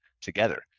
together